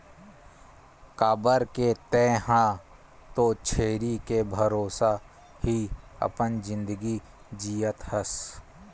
काबर के तेंहा तो छेरी के भरोसा ही अपन जिनगी जियत हस